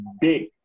big